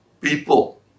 people